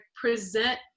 present